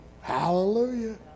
Hallelujah